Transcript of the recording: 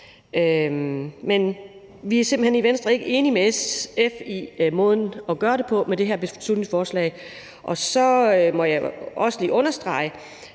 Men vi er i Venstre simpelt hen ikke enige med SF i måden at gøre det på med det her beslutningsforslag. Og så må jeg også lige understrege,